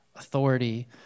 authority